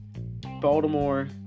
Baltimore